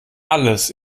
alles